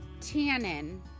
tannin